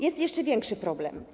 Jest jeszcze większy problem.